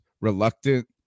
reluctant